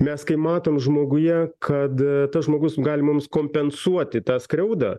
mes kai matom žmoguje kad tas žmogus gali mums kompensuoti tą skriaudą